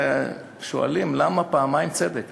שואלים: למה פעמיים צדק?